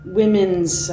women's